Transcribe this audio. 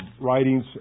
Writings